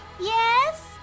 yes